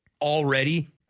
already